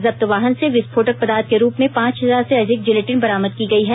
जब्त वाहन से विस्फोटक पदार्थ के रूप में पाँच हजार से अधिक जिलेटिन बरामद की गई है